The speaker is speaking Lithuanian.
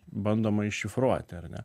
bandoma iššifruoti ar ne